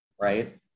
right